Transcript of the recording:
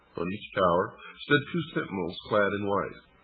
on each tower stood two sentinels clad in white.